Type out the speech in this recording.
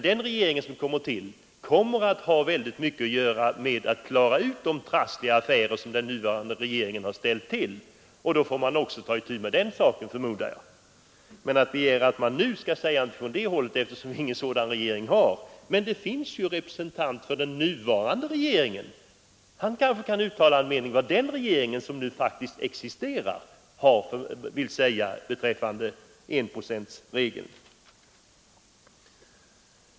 Den kommande regeringen får mycket att göra med att klara ut de trassliga affärer som den nuvarande regeringen har ställt till med. För närvarande kan naturligtvis ingenting göras, eftersom vi ännu inte har en ny regering. Men här i kammaren sitter en representant för den nuvarande regeringen som bör kunna uttala sig om vad man tycker om enprocentsregeln.